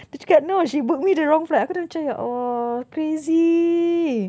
dia cakap no she book me the wrong flight aku dah macam oh crazy